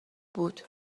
بود